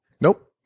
Nope